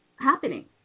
happening